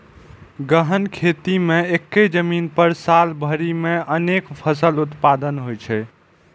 गहन खेती मे एक्के जमीन पर साल भरि मे अनेक फसल उत्पादन होइ छै